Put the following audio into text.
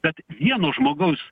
kad vieno žmogaus